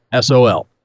SOL